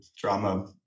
drama